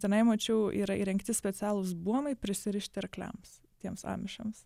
tenai mačiau yra įrengti specialūs buomai prisirišti arkliams tiems amžiams